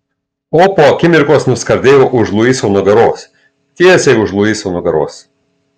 o po akimirkos nuskardėjo už luiso nugaros tiesiai už luiso nugaros